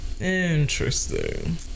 Interesting